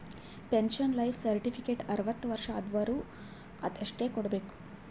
pension life certificate ಅರ್ವತ್ ವರ್ಷ ಆದ್ವರು ಅಷ್ಟೇ ಕೊಡ್ಬೇಕ